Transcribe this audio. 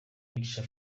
mugisha